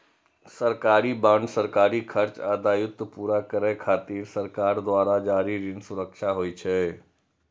सरकारी बांड सरकारी खर्च आ दायित्व पूरा करै खातिर सरकार द्वारा जारी ऋण सुरक्षा होइ छै